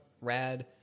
rad